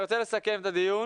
אני רוצה לסכם את הדיון.